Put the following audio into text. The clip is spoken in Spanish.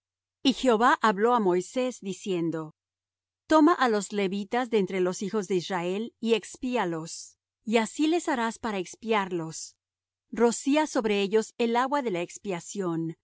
y jehová habló á moisés diciendo toma á los levitas de entre los hijos de israel y expíalos y así les harás para expiarlos rocía sobre ellos el agua de la expiación